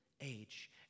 age